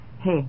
Hey